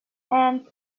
and